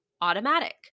automatic